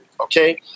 Okay